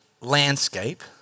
landscape